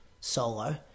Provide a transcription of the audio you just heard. solo